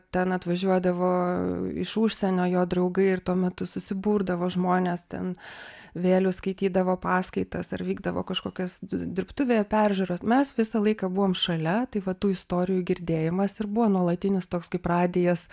ten atvažiuodavo iš užsienio jo draugai ir tuo metu susiburdavo žmonės ten vėlių skaitydavo paskaitas ar vykdavo kažkokias dirbtuvėje peržiūros mes visą laiką buvom šalia tai va tų istorijų girdėjimas ir buvo nuolatinis toks kaip radijas